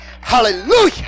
hallelujah